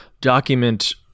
document